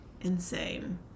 insane